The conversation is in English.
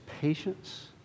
patience